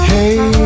Hey